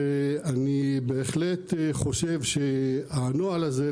ואני בהחלט חושב שהנוהל הזה,